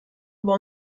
über